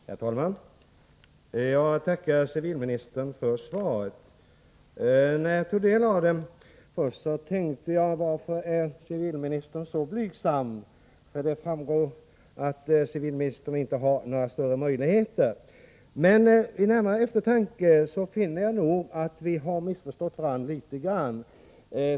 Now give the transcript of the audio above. Herr talman! Jag tackar civilministern för svaret. När jag först tog del av det undrade jag: Varför är civilministern så blygsam att han säger att han inte har några större möjligheter? Men vid närmare eftertanke finner jag att vi nog har missförstått varandra litet grand.